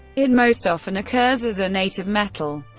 it most often occurs as a native metal,